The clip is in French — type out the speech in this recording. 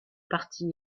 partie